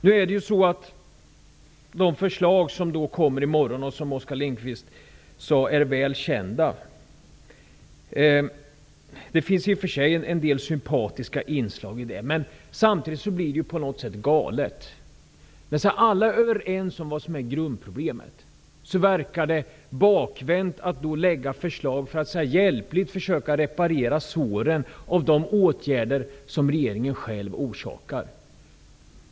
I morgon skall en del förslag som Oskar Lindkvist säger är väl kända läggas fram. Det finns i och för sig en del sympatiska inslag. Men samtidigt är det något som är galet. Alla är överens om vad som är grundproblemet. Det verkar bakvänt att lägga fram förslag som hjälpligt försöker läka såren av de åtgärder som regeringen har vidtagit.